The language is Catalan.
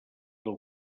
del